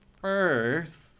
first